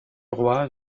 roi